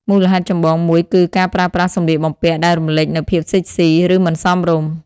មូលហេតុចម្បងមួយគឺការប្រើប្រាស់សម្លៀកបំពាក់ដែលរំលេចនូវភាពសិចស៊ី ឬមិនសមរម្យ។